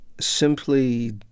simply